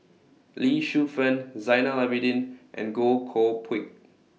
Lee Shu Fen Zainal Abidin and Goh Koh Pui